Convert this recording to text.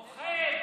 נוכל.